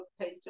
page